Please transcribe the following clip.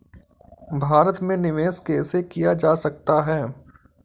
भारत में निवेश कैसे किया जा सकता है?